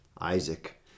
Isaac